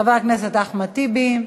חבר הכנסת אחמד טיבי,